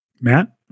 Matt